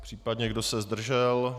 Případně kdo se zdržel?